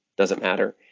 doesn't matter.